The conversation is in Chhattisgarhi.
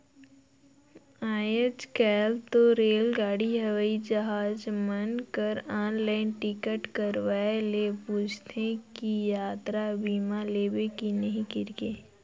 आयज कायल तो रेलगाड़ी हवई जहाज मन कर आनलाईन टिकट करवाये ले पूंछते कि यातरा बीमा लेबे की नही कइरके